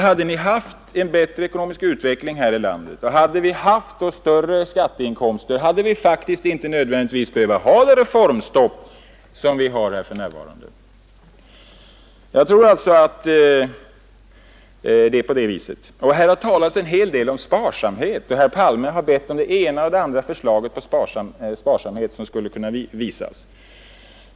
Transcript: Hade vi haft en bättre ekonomisk utveckling här i landet och därmed större skatteinkomster så hade faktiskt det nuvarande reformstoppet inte varit nödvändigt. Jag tror det är på det viset. Här har talats en del om sparsamhet, och herr Palme har bett om det ena förslaget efter det andra om hur sparsamhet skall kunna visas.